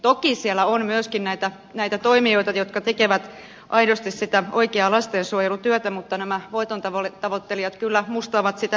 toki siellä on myöskin näitä toimijoita jotka tekevät aidosti sitä oikeaa lastensuojelutyötä mutta nämä voitontavoittelijat kyllä mustaavat sitä heidänkin mainettaan